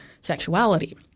sexuality